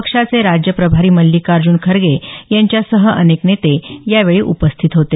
पक्षाचे राज्य प्रभारी मल्लिकार्ज्न खरगे यांच्यासह अनेक नेते यावेळी उपस्थित होते